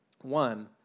One